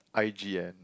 i_g_n